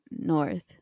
north